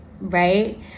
right